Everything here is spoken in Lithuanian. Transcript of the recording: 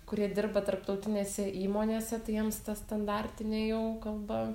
kurie dirba tarptautinėse įmonėse tai jiems ta standartinė jau kalba